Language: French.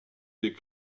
des